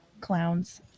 clowns